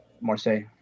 Marseille